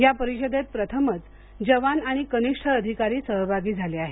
या परिषदेत प्रथमच जवान आणि कनिष्ठ अधिकारी सहभागी झाले आहेत